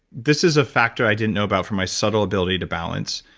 this is a factor i didn't know about from my subtle ability to balance,